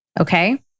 okay